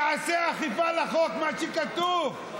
תעשה אכיפה לחוק, מה שכתוב.